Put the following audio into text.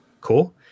Cool